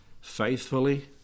faithfully